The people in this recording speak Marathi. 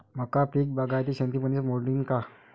मका पीक बागायती शेतीमंदी मोडीन का?